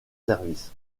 service